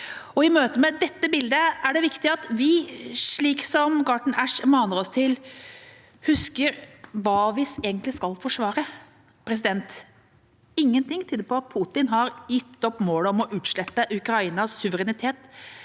I møte med dette bildet er det viktig at vi, slik Garton Ash maner oss til, husker hva vi egentlig skal forsvare. Ingenting tyder på at Putin har gitt opp målet om å utslette Ukrainas suverenitet,